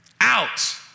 Out